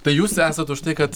tai jūs esat už tai kad